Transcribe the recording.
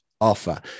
offer